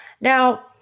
Now